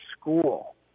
school